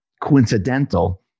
coincidental